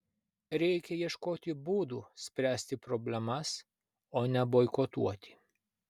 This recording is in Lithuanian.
reikia ieškoti būdų spręsti problemas o ne boikotuoti